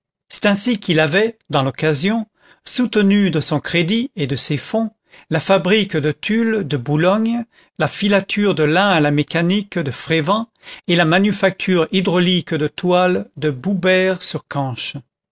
c'est ainsi qu'il avait dans l'occasion soutenu de son crédit et de ses fonds la fabrique de tulle de boulogne la filature de lin à la mécanique de frévent et la manufacture hydraulique de toiles de